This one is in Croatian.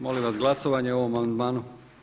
Molim vas glasovanje o ovom amandmanu.